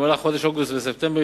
במהלך חודשי אוגוסט וספטמבר